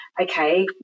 okay